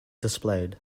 displayed